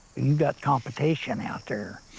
you got competition out there.